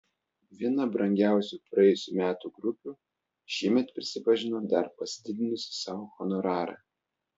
viena brangiausių praėjusių metų grupių šiemet prisipažino dar pasididinusi sau honorarą